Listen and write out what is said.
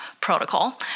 protocol